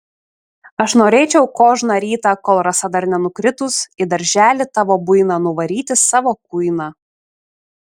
aš norėčiau kožną rytą kol rasa dar nenukritus į darželį tavo buiną nuvaryti savo kuiną